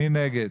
מי נגד?